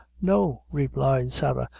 no, replied sarah,